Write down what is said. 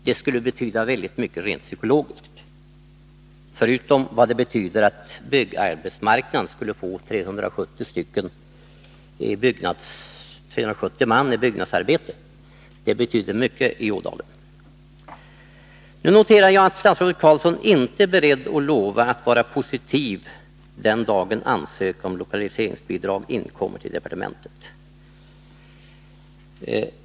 Det skulle betyda mycket rent psykologiskt, förutom att byggarbetsmarknaden skulle få 370 man sysselsatta i byggnadsarbete. Det betyder mycket i Ådalen. Jag noterar att statsrådet Carlsson inte är beredd att lova ställa sig positiv den dag ansökan om lokaliseringsbidrag inkommer till departementet.